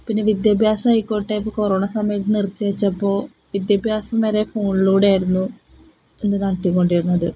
പിന്നെ വിദ്യാഭ്യാസം ആയിക്കോട്ടെ ഇപ്പോള് കൊറോണ സമയത്തു നിർത്തി വച്ചപ്പോള് വിദ്യാഭ്യാസം വരെ ഫോണിലൂടെയായിരുന്നു അന്നു നടത്തിക്കൊണ്ടിരുന്നത്